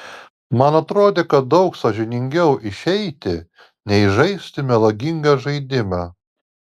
man atrodė kad daug sąžiningiau išeiti nei žaisti melagingą žaidimą